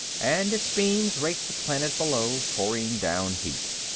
and its beams raked the planet below, pouring down heat.